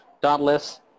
Dauntless